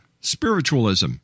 spiritualism